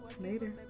Later